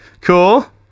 cool